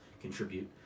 contribute